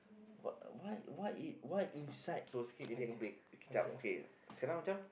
what what what it what inside close sikit jadi aku boleh sekejap okay sekarang macam